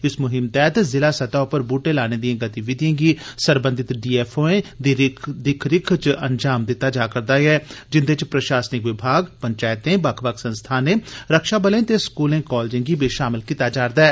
इस मुहिम तैह्त ज़िला सतह् पर बूहटे लाने दिएं गतिविधिएं गी सरबंधत डीएफओएं दी दिक्ख रिक्ख च अंजाम दित्ता जा'रदा ऐ जिंदे च प्रषासनिक विभाग पंचैतें बक्ख बक्ख संस्थानें रक्षा बलें ते स्कूलें कालजें गी बी षामल कीता जा'रदा ऐ